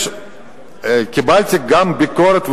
קיבלתי גם ביקורת,